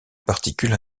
particules